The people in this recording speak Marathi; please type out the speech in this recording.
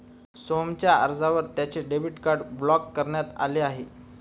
सोहनच्या अर्जावर त्याचे डेबिट कार्ड ब्लॉक करण्यात आले आहे